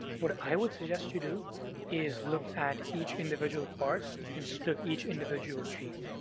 what i would suggest you do is look at each individual part instead of each individual gene.